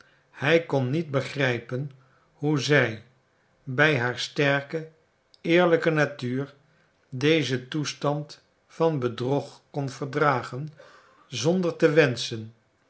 hij kon niet begrijpen hoe zij bij haar sterke eerlijke natuur dezen toestand van bedrog kon verdragen zonder te wenschen